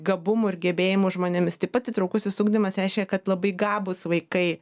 gabumų ir gebėjimų žmonėmis taip pat įtraukusis ugdymas reiškia kad labai gabūs vaikai